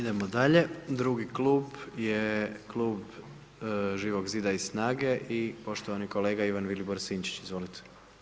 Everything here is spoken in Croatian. Idemo dalje drugi klub je Klub Živog zida i SNAGE i poštovani kolega Ivan Vilibor Sinčić, izvolite.